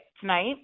tonight